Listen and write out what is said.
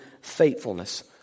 faithfulness